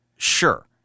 Sure